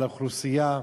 על האוכלוסייה,